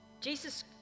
Jesus